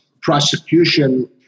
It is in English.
prosecution